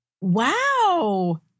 Wow